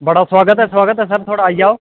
बड़ा सोआगत ऐ बड़ा सोआगत ऐ सर आई जाओ